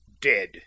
dead